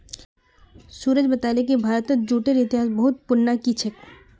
सूरज बताले कि भारतत जूटेर इतिहास बहुत पुनना कि छेक